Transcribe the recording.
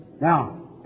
Now